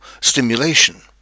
stimulation